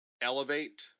elevate